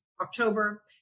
October